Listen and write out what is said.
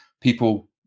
people